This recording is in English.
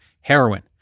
heroin